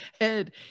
head